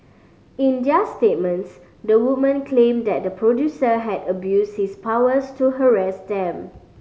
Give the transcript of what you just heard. in their statements the women claim that the producer had abused his powers to harass them